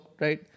right